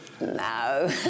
No